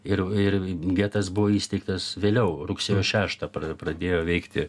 ir ir getas buvo įsteigtas vėliau rugsėjo šeštą pradėjo veikti